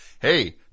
Hey